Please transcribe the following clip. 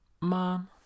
Mom